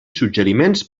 suggeriments